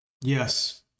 Yes